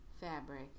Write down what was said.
fabric